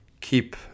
keep